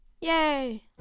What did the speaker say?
yay